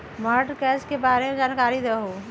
Mortgage के बारे में जानकारी देहु?